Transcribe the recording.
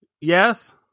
Yes